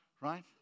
right